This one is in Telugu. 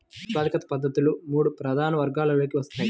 ఉత్పాదక పద్ధతులు మూడు ప్రధాన వర్గాలలోకి వస్తాయి